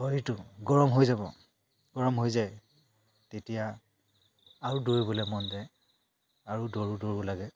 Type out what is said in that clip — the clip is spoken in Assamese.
শৰীৰটো গৰম হৈ যাব গৰম হৈ যায় তেতিয়া আৰু দৌৰিবলৈ মন যায় আৰু দৌৰো দৌৰো লাগে